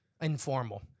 informal